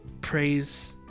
praise